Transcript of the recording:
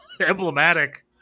emblematic